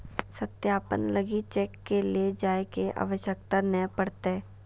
सत्यापन लगी चेक के ले जाय के आवश्यकता नय पड़तय